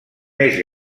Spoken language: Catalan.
més